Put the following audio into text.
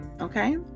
Okay